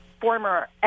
former